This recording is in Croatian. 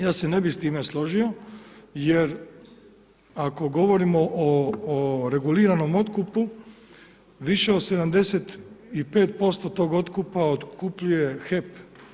Ja se ne bih sa time složio jer ako govorimo o reguliranom otkupu više od 75% tog otkupa otkupljuje HEP.